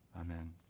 Amen